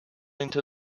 into